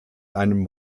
einem